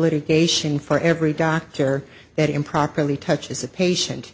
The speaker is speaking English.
litigation for every doctor that improperly touches a patient